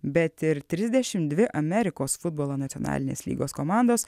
bet ir trisdešimt dvi amerikos futbolo nacionalinės lygos komandos